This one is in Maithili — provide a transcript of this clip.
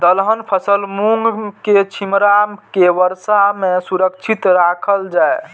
दलहन फसल मूँग के छिमरा के वर्षा में सुरक्षित राखल जाय?